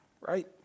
right